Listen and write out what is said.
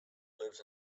lives